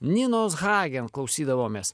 ninos hagen klausydavomės